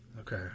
Okay